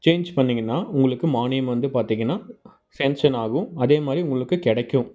change பண்ணீங்கன்னால் உங்குளுக்கு மானியம் வந்து பார்த்தீங்கன்னா சேங்ஷன் ஆகும் அதே மாதிரி உங்களுக்குக் கிடைக்கும்